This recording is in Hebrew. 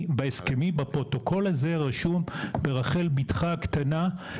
בפרוטוקול רשום ״ברחל בתך הקטנה״,